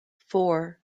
four